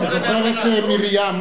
אתה זוכר את מרים.